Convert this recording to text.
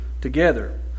together